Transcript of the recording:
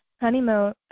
honeymoon